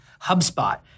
HubSpot